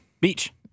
Beach